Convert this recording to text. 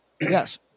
Yes